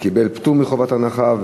ההצעה קיבלה פטור מחובת הנחה,